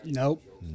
nope